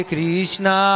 Krishna